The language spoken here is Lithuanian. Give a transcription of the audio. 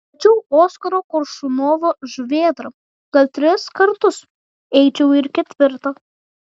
mačiau oskaro koršunovo žuvėdrą gal tris kartus eičiau ir ketvirtą